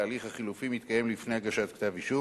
ההליך החלופי מתקיים לפני הגשת כתב אישום,